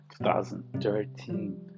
2013